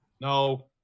No